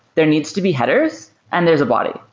there needs to be headers and there's a body,